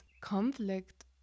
conflict